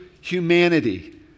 humanity